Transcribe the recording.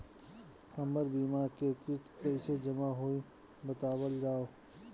हमर बीमा के किस्त कइसे जमा होई बतावल जाओ?